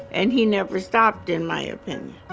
and he never stopped, in my opinion